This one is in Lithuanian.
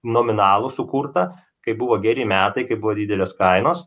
nominalų sukurta kaip buvo geri metai kai buvo didelės kainos